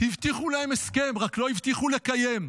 הבטיחו להם הסכם, רק לא הבטיחו לקיים.